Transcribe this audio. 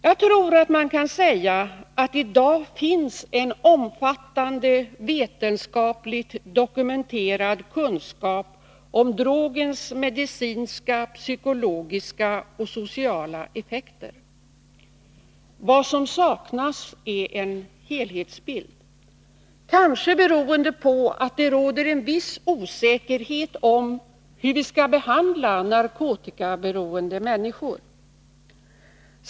Jag tror man kan säga att det i dag finns en omfattande vetenskapligt dokumenterad kunskap om drogens medicinska, psykologiska och sociala effekter. Vad som saknas är en helhetsbild, kanske beroende på att det råder en viss osäkerhet om hur vi skall behandla narkotikaberoende människor.